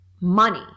money